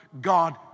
God